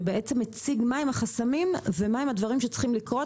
שמציג מה הם החסמים ומה הם הדברים שצריכים לקרות,